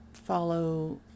follow